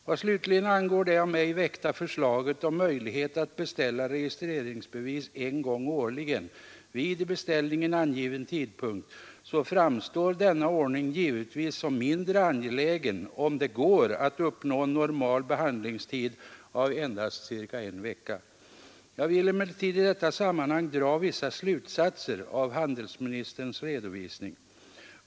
Vad slutligen angår det av mig väckta förslaget om möjlighet att beställa registreringsbevis en gång årligen vid i beställningen angiven tidpunkt, så framstår denna ordning givetvis såsom mindre angelägen om det går att uppnå en normal behandlingstid av endast cirka en vecka. Jag vill emellertid i detta sammanhang dra vissa slutsatser av handelsministerns redovisning.